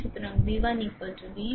সুতরাং V 1 V